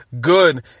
Good